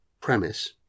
premise